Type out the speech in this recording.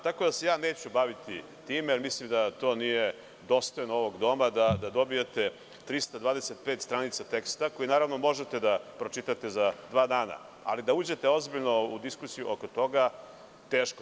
Tako da se ja neću baviti time, jer mislim da to nije dostojno ovog doma, da dobijete 325 stranica teksta, koji naravno, možete da pročitate za dva dana, ali da uđete ozbiljno u diskusiju oko toga, teško.